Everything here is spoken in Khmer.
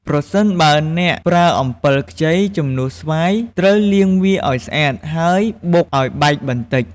ប្រសិនបើអ្នកប្រើអំពិលខ្ចីជំនួសស្វាយ ត្រូវលាងវាឲ្យស្អាត ហើយបុកឲ្យបែកបន្តិច។